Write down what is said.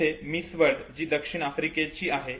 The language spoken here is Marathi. येथे मिस वर्ल्ड 2014 जी दक्षिण अफ्रिकेची आहे